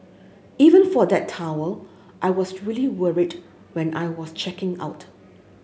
even for that towel I was really worried when I was checking out